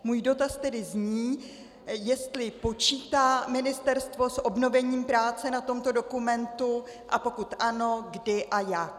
Můj dotaz tedy zní, jestli počítá ministerstvo s obnovením práce na tomto dokumentu, a pokud ano, kdy a jak.